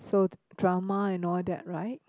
so drama and all that right